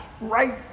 right